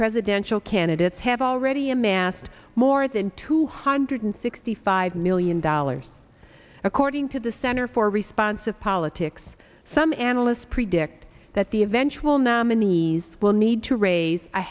presidential candidates have already a mass more than two hundred sixty five million dollars according to the center for responsive politics some analysts predict that the eventual nominee will need to raise a